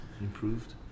improved